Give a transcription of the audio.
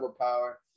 power